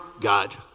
God